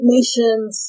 Nations